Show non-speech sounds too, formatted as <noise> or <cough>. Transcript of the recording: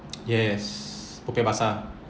<noise> yes popiah basah